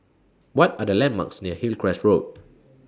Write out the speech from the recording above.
What Are The landmarks near Hillcrest Road